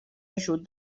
ajut